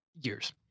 Years